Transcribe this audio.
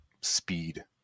speed